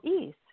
ease